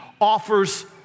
offers